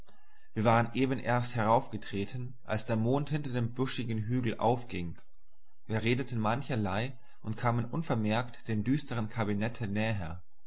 wir waren eben heraufgetreten als der mond hinter dem buschigen hügel aufging wir redeten mancherlei und kamen unvermerkt dem düstern kabinette näher